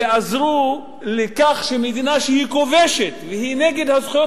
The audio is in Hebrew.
ועזרו לכך שמדינה שהיא כובשת והיא נגד הזכויות